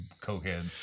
cokehead